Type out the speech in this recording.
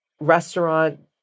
restaurant